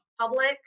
public